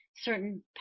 certain